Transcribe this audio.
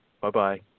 Bye-bye